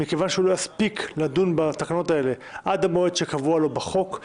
מכיוון שהוא לא יספיק לדון בתקנות האלה עד המועד שקבוע לו בחוק,